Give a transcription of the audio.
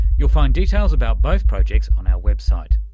you'll find details about both projects on our website.